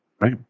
Right